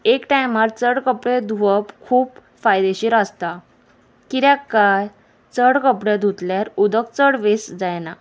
एक टायमार चड कपडे धुवप खूब फायदेशीर आसता कित्याक काय चड कपडे धुतल्यार उदक चड वेस्ट जायना